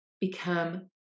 become